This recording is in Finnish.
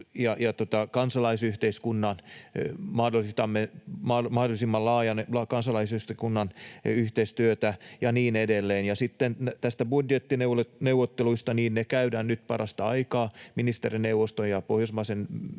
kansalaisyhteiskunnan mahdollisimman laajalla yhteistyöllä ja niin edelleen. Ja sitten näistä budjettineuvotteluista: ne käydään nyt parasta aikaa, ministerineuvosto ja Pohjoismaiden